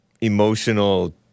emotional